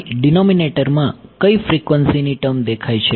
અહીં ડીનોમીનેટર માં કઈ ફ્રિકવન્સી ની ટર્મ દેખાય છે